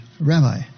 Rabbi